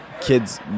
kids